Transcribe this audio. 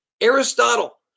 Aristotle